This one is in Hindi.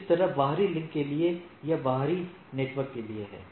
इसी तरह बाहरी लिंक के लिए यह बाहरी नेटवर्क के लिए है